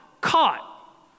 caught